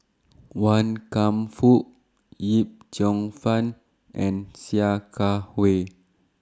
Wan Kam Fook Yip Cheong Fun and Sia Kah Hui